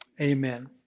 Amen